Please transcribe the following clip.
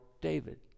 David